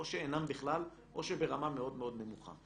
או שאינם בכלל או שהם ברמה מאוד נמוכה.